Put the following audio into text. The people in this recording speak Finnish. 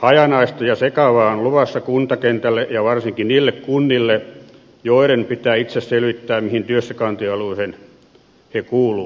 hajanaista ja sekavaa on luvassa kuntakentälle ja varsinkin niille kunnille joiden pitää itse selvittää mihin työssäkäyntialueeseen ne kuuluvat